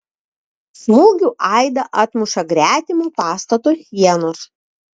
smūgių aidą atmuša gretimo pastato sienos